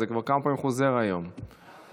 זה חוזר היום כמה פעמים.